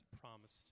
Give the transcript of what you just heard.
promised